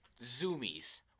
Zoomies